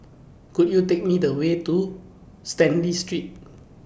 Could YOU Take Me The Way to Stanley Street